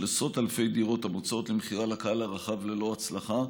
עשרות אלפי דירות המוצעות למכירה לקהל הרחב ללא הצלחה.